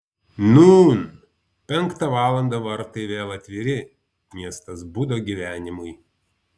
nūn penktą valandą vartai vėl atviri miestas budo gyvenimui